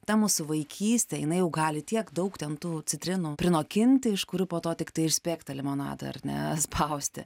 ta mūsų vaikystė jinai jau gali tiek daug ten tų citrinų prinokinti iš kurių po to tiktai ir spėk tą limonadą ar ne spausti